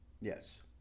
yes